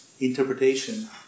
interpretation